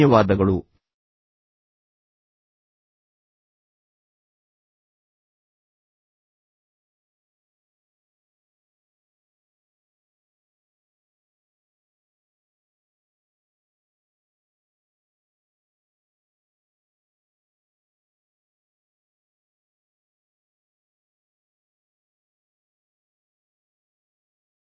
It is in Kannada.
ಆದ್ದರಿಂದ ಈ ಕೌಶಲ್ಯವನ್ನು ಕರಗತ ಮಾಡಿಕೊಳ್ಳಿ ಮತ್ತು ನಾನು ನಿಮಗೆ ಹೇಳಲು ಹೊರಟಿರುವಾಗ ನಿಮ್ಮ ಜೀವನದ ಪ್ರತಿಯೊಂದು ಭಾಗದ ಗುಣಮಟ್ಟವನ್ನು ಸುಧಾರಿಸಲು ಮತ್ತು ಅದರೊಂದಿಗೆ ನಿಮ್ಮ ವ್ಯಕ್ತಿತ್ವವನ್ನು ಅಭಿವೃದ್ಧಿಪಡಿಸಲು ನಾನು ಬಯಸುತ್ತೇನೆ